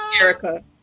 Erica